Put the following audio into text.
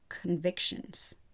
convictions